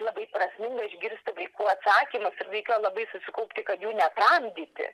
labai prasminga išgirsti vaikų atsakymus ir raikėjo labai susikaupti kad jų netramdyti